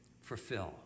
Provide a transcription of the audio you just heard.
fulfill